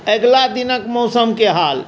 अगिला दिनक मौसमके हाल